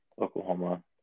Oklahoma